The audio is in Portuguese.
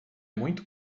muito